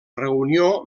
reunió